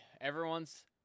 Everyone's